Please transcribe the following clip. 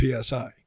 PSI